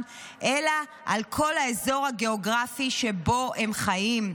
אלא על כל האזור הגיאוגרפי שבו הם חיים.